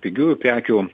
pigiųjų prekių